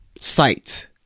sight